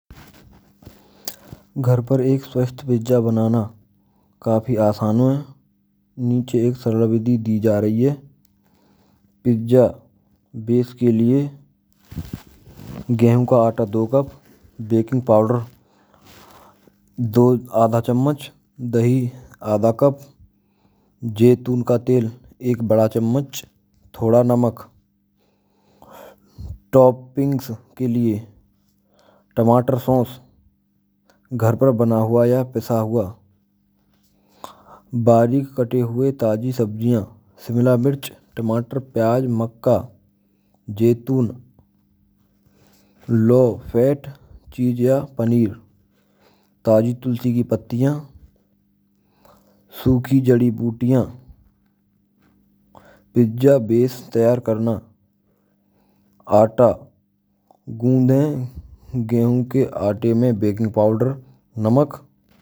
Ghar par ek svasth pijja banaana kaaphee aasaan hai. Aala ek saral vidhi dee ja rahee hai. Pijja bes ke lie gehoon ka aata do cup, beking paudar do adha chammach, dahee abaakoop jaitun ka tel, ek bada chhammach thoda namak. Topings ke lie tamaatar sos ghar par bana hua ya peesa hua, batik kate hue taaji sabjiya. Shimla mirch, pyaaj, makka, jaitun. Low fat cheese ya paneer, taaji tulsi ki pattiya, sukhi jadi butiya. Pijja base tyar krna aata gunde, gehu ke aate mai baking powder aur namak.